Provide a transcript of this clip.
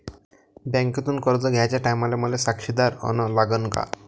बँकेतून कर्ज घ्याचे टायमाले मले साक्षीदार अन लागन का?